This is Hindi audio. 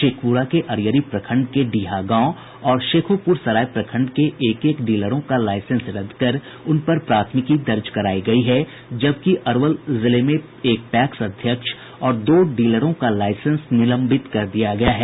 शेखपुरा के अरियरी प्रखंड के डिहा गांव और शेखोपुर सराय प्रखंड के एक एक डीलरों का लाईसेंस रद्द कर उनपर प्राथमिकी दर्ज करायी गयी है जबकि अरवल जिले में एक पैक्स अध्यक्ष और दो डीलरों का लाईसेंस निलंबित कर दिया गया है